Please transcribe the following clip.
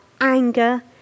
anger